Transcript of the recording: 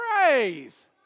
praise